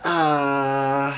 ah